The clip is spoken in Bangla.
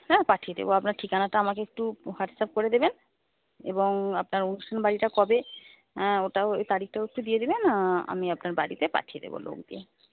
হ্যাঁ পাঠিয়ে দেব আপনার ঠিকানাটা আমাকে একটু হোয়াটসঅ্যাপ করে দেবেন এবং আপনার অনুষ্ঠান বাড়িটা কবে ওটাও তারিখটা একটু দিয়ে দেবেন আমি আপনার বাড়িতে পাঠিয়ে দেব লোক দিয়ে